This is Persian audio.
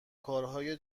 کارهای